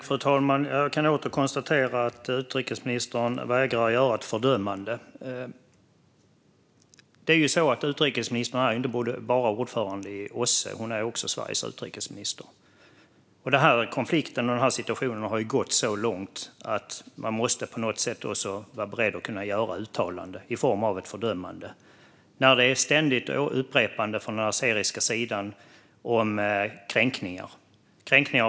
Fru talman! Jag kan åter konstatera att utrikesministern vägrar att göra ett fördömande. Det är ju så att utrikesministern inte bara är ordförande i OSSE, utan hon är också Sveriges utrikesminister. Denna konflikt och denna situation har gått så långt att man på något sätt måste vara beredd att göra ett uttalande i form av ett fördömande. Det sker ett ständigt upprepande av kränkningar från den azeriska sidan.